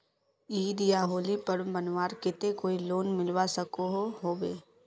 ईद या होली पर्व मनवार केते कोई लोन मिलवा सकोहो होबे?